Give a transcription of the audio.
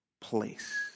place